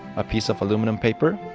a piece of aluminum paper,